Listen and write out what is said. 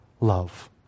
love